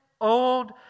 old